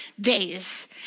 days